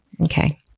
Okay